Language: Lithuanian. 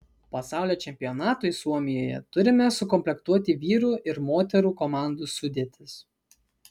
pasaulio čempionatui suomijoje turime sukomplektuoti vyrų ir moterų komandų sudėtis